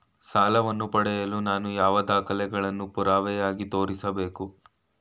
ಸಾಲವನ್ನು ಪಡೆಯಲು ನಾನು ಯಾವ ದಾಖಲೆಗಳನ್ನು ಪುರಾವೆಯಾಗಿ ತೋರಿಸಬೇಕು?